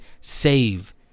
save